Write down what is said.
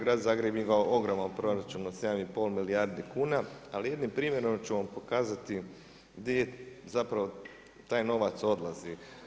Grad Zagreb ima ogroman proračun od 7 i pol milijardi kuna, ali jednim primjerom ću vam pokazati di zapravo taj novac odlazi.